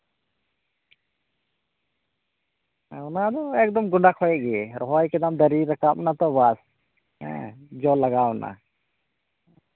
ᱦᱮᱸ ᱚᱱᱟ ᱫᱚ ᱮᱠᱫᱚᱢ ᱜᱚᱸᱰᱟ ᱠᱷᱚᱱ ᱜᱮ ᱨᱚᱦᱚᱭ ᱠᱮᱫᱟᱢ ᱫᱟᱨᱮ ᱨᱟᱠᱟᱵ ᱮᱱᱟ ᱛᱚ ᱵᱟᱥ ᱦᱮᱸ ᱡᱚ ᱞᱟᱜᱟᱣ ᱮᱱᱟ